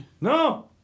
no